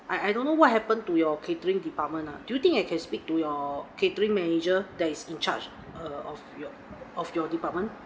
I I don't know what happened to your catering department ah do you think I can speak to your catering manager that is in charge err of your of your department